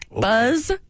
Buzz